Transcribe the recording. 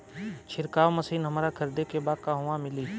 छिरकाव मशिन हमरा खरीदे के बा कहवा मिली?